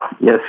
Yes